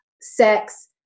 sex